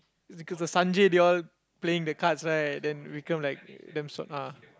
it's cause of Sanjay they all playing the cards right then become like damn ah